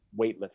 weightlifting